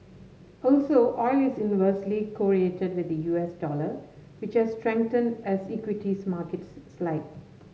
also oil is inversely correlated with the U S dollar which has strengthened as equities markets slid